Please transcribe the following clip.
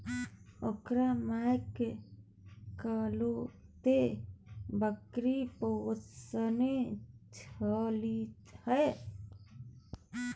ओकर माइ कतेको बकरी पोसने छलीह